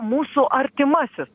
mūsų artimasis